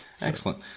excellent